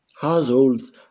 households